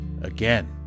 again